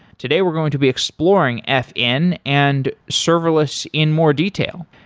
today, we're going to be exploring fn and serverless in more detail.